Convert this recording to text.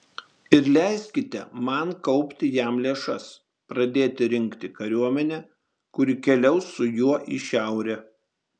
ir leiskite man kaupti jam lėšas pradėti rinkti kariuomenę kuri keliaus su juo į šiaurę